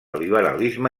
liberalisme